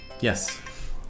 Yes